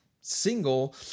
single